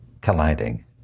colliding